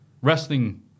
wrestling